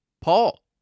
paul